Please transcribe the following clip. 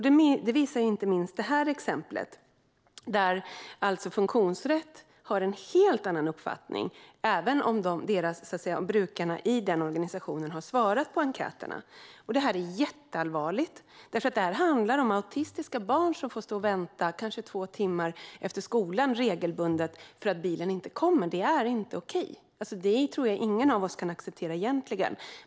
Det visar inte minst det här exemplet, där Funktionsrätt alltså har en helt annan uppfattning även om brukarna i den organisationen har svarat på enkäterna. Detta är jätteallvarligt. Det handlar om autistiska barn som regelbundet får stå och vänta i kanske två timmar efter skolan för att bilen inte kommer. Det är inte okej; jag tror inte att någon av oss kan acceptera detta egentligen.